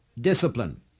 discipline